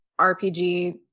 RPG